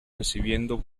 recibiendo